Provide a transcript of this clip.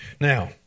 Now